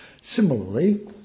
Similarly